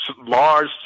large